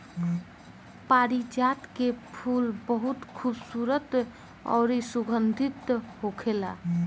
पारिजात के फूल बहुत खुबसूरत अउरी सुगंधित होखेला